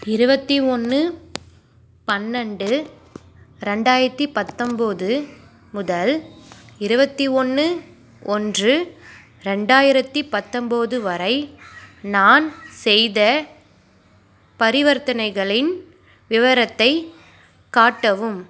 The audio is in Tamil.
இருவத்தி ஒன்று பன்னெண்டு ரெண்டாயிரத்து பத்தொம்போது முதல் இருவத்தி ஒன்று ஒன்று ரெண்டாயிரத்து பத்தம்பது வரை நான் செய்த பரிவர்த்தனைகளின் விவரத்தை காட்டவும்